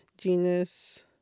genus